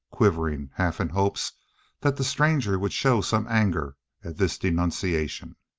quivering, half in hopes that the stranger would show some anger at this denunciation.